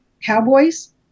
cowboys